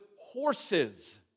horses